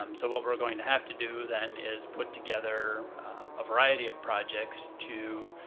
um so what we're going to have to do then is put together a variety of projects to,